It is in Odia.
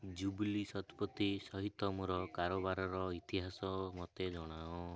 ଜୁବ୍ଲି ଶତପଥୀ ସହିତ ମୋର କାରବାରର ଇତିହାସ ମୋତେ ଜଣାଅ